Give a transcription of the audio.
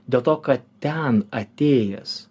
dėl to kad ten atėjęs